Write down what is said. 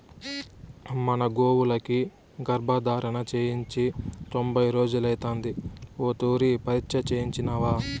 మన గోవులకి గర్భధారణ చేయించి తొంభై రోజులైతాంది ఓ తూరి పరీచ్ఛ చేయించినావా